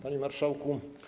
Panie Marszałku!